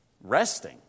resting